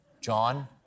John